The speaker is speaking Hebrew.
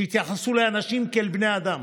שיתייחסו לאנשים כאל בני אדם,